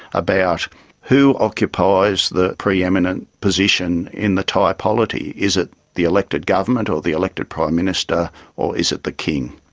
about who occupies the pre-eminent position in the thai polity. is it the elected government or the elected prime minister or is it the king?